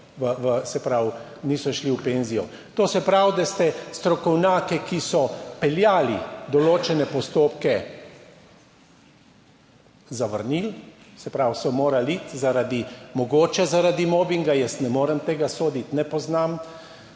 niso šli v penzijo. To se pravi, da ste strokovnjake, ki so peljali določene postopke, zavrnili, se pravi so morali iti zaradi, mogoče zaradi mobinga, jaz ne morem tega soditi, ne poznam,